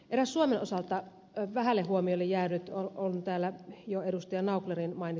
eräs suomen osalta vähälle huomiolle jäänyt on täällä jo ed